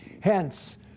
Hence